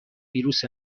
ویروس